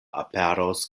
aperos